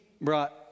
brought